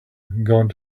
gone